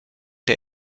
der